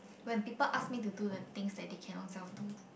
when people ask me do the things that they can ownself do